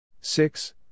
Six